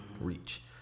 reach